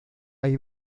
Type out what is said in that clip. hay